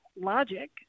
logic